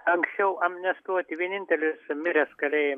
anksčiau amnestuoti vienintelis miręs kalėjime